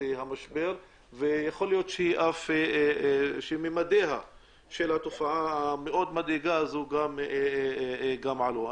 המשבר ויכול להיות שממדיה שלה תופעה המדאיגה הזו גם עלו.